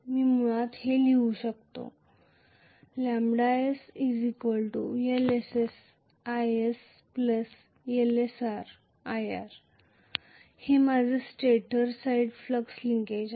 मी मुळात ते लिहू शकतो λs Lssis Lsrir हे माझे स्टेटर साइड फ्लक्स लिंकेज आहे